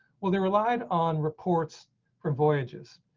well they relied on reports for voyages.